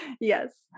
Yes